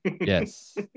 yes